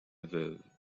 veuve